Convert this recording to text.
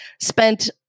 Spent